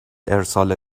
ارسال